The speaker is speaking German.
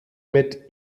mit